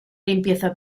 limpieza